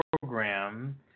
program